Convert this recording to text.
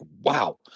wow